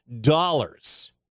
dollars